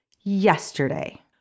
yesterday